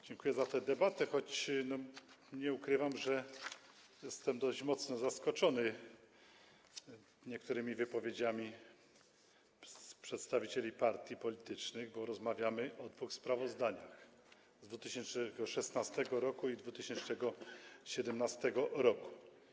Dziękuję za tę debatę, choć nie ukrywam, że jestem dość mocno zaskoczony niektórymi wypowiedziami przedstawicieli partii politycznych, bo rozmawiamy o dwóch sprawozdaniach, z 2016 r. i z 2017 r.